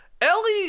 Ellie